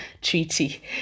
treaty